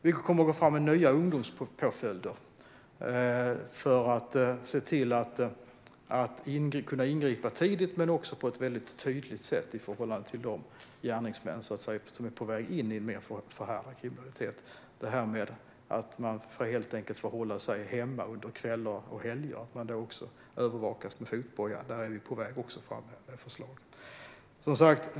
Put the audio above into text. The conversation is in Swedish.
Vi kommer att gå fram med nya ungdomspåföljder för att kunna ingripa tidigt men också på ett väldigt tydligt sätt i förhållande till de gärningsmän som är på väg in i en mer förhärdad kriminalitet. Det handlar helt enkelt om att man får hålla sig hemma under kvällar och helger under övervakning med fotboja. Där är vi också på väg fram med förslag.